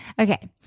Okay